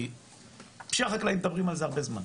כי פשיעה חקלאית מדברים על זה הרבה זמן.